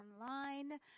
online